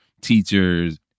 teachers